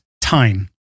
time